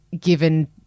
given